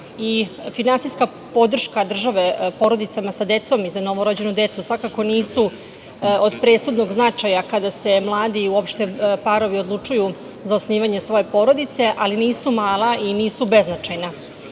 Finansijska podrška države porodicama sa decom i za novorođenu decu svakako nisu od presudnog značaja kada se mladi parovi uopšte odlučuju za zasnivanje svoje porodice, ali nisu mala i nisu beznačajna. Podsetiću